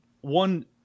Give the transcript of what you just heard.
one